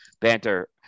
banter